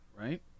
right